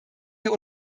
wir